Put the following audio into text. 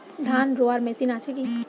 ধান রোয়ার মেশিন আছে কি?